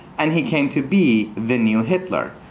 and he came to be the new hitler.